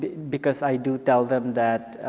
because i do tell them that,